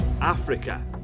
Africa